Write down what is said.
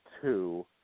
two